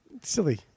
Silly